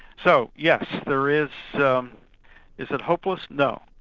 so yes, there is is it hopeless? no.